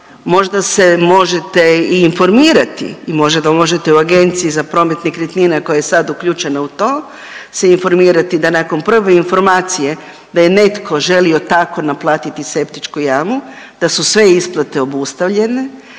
možda se možete i informirati i možda možete u Agenciji za promet nekretnina koja je sad uključena u to se informirati da nakon prve informacije da je netko želio tako naplatiti septičku jamu, da su sve isplate obustavljene,